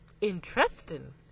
interesting